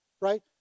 right